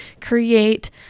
create